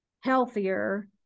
healthier